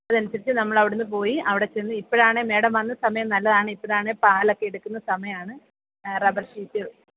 അതനുസരിച്ച് നമ്മൾ അവിടുന്ന് പോയി അവിടെ ചെന്ന് ഇപ്പഴാണേ മേഡം വന്ന സമയം നല്ലതാണ് ഇപ്പഴാണേൽ പാലൊക്കെ എടുക്കുന്ന സമയമാണ് റബർ ഷീറ്റ്